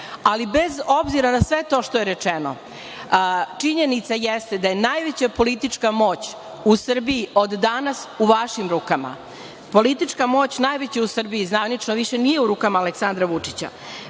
ali bez obzira na sve to što je rečeno, činjenica jeste da je najveća politička moć u Srbiji od danas u vašim rukama. Politička moć najveća u Srbiji zvanično više nije u rukama Aleksandra Vučića.